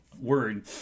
word